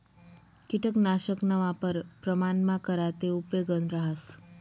किटकनाशकना वापर प्रमाणमा करा ते उपेगनं रहास